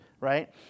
right